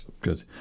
Good